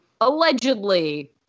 allegedly